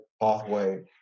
pathway